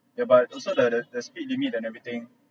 yeah but also the the the speed limit and everything